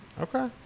Okay